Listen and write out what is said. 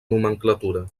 nomenclatura